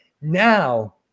Now